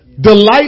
Delight